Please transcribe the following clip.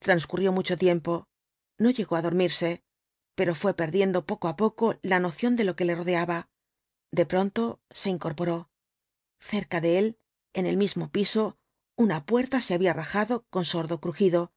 transcurrió mucho tiempo no llegó á dormirse pero fué perdiendo poco á poco la noción de lo que le rodeaba de pronto se incorporó cerca de él en el mismo piso una puerta se había rajado con sordo crujido